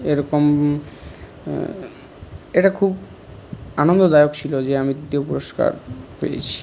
এরকম এটা খুব আনন্দদায়ক ছিল যে আমি তৃতীয় পুরস্কার পেয়েছি